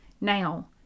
Now